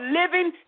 living